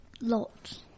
Lots